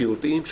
שיודעים.